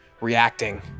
reacting